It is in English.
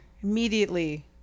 immediately